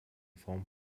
form